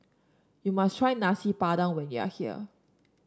you must try Nasi Padang when you are here